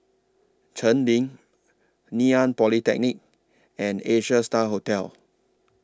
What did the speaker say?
Cheng Lim Ngee Ann Polytechnic and Asia STAR Hotel